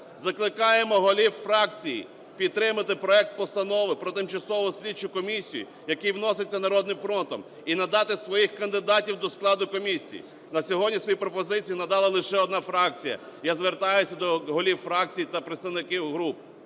Закликаємо голів фракцій підтримати проект Постанови про Тимчасову слідчу комісію, який вносить "Народним фронтом" і надати своїх кандидатів до складу комісії. На сьогодні свої пропозиції надала лише одна фракція. Я звертаюся до голів фракцій та представників груп,